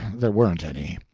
there weren't any.